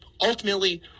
ultimately